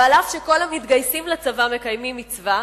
ועל אף שכל המתגייסים לצבא מקיימים מצווה,